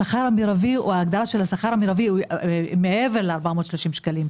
ההגדרה של השכר המרבי היא מעבר ל-430 שקלים,